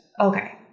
Okay